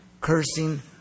cursing